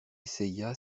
essaya